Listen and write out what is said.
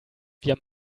wir